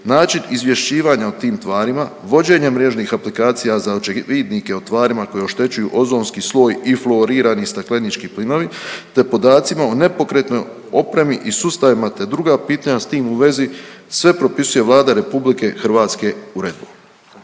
način izvješćivanja o tim tvarima, vođenje mrežnih aplikacija za Očevidnike o tvarima koje oštećuju ozonski sloj i fluorirani staklenički plinovi, te podacima o nepokretnoj opremi i sustavima, te druga pitanja s tim u vezi sve propisuje Vlada RH Uredbom.